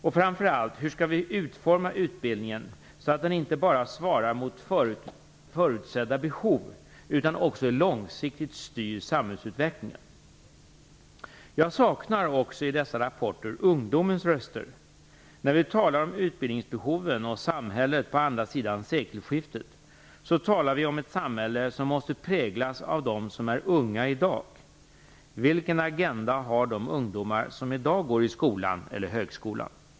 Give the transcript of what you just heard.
Och, framför allt, hur skall vi utforma utbildningen så att den inte bara svarar mot förutsedda behov utan också långsiktigt styr samhällsutvecklingen? Jag saknar också i dessa rapporter ungdomens röster. När vi talar om utbildningsbehoven och samhället på andra sidan sekelskiftet, talar vi om ett samhälle som måste präglas av dem som är unga i dag. Vilken Agenda har de ungdomar som i dag går i skolan eller högskolan?